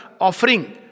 offering